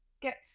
get